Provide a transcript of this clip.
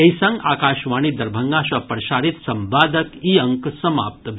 एहि संग आकाशवाणी दरभंगा सँ प्रसारित संवादक ई अंक समाप्त भेल